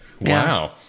Wow